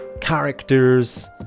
characters